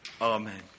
Amen